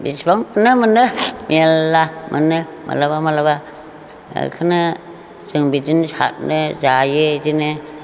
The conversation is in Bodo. बिसिबांनो मोनो मेरला मोनो माब्लाबा माब्लाबा बेखौनो जों बिदिनो साथनो जायो बिदिनो